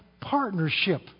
partnership